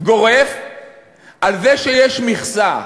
גורף על זה שיש מכסה.